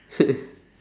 fitness